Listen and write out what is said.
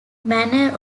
manor